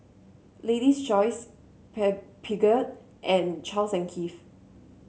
Lady's Choice Pei Peugeot and Charles and Keith